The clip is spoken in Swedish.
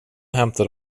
hämtar